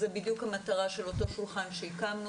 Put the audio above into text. זו בדיוק המטרה של אותו שולחן שהקמנו